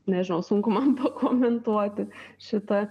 nežinau sunku man pakomentuoti šitą